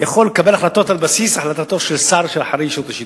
יכול לקבל החלטות על בסיס החלטתו של שר שממונה על רשות השידור.